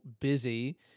busy